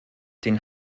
den